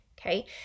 Okay